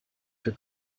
für